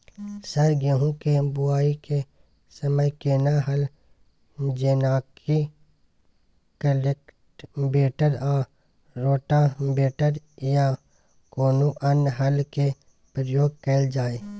Sir गेहूं के बुआई के समय केना हल जेनाकी कल्टिवेटर आ रोटावेटर या कोनो अन्य हल के प्रयोग कैल जाए?